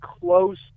close